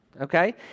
okay